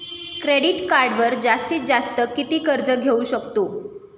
Credit कार्डवर जास्तीत जास्त किती कर्ज घेऊ शकतो?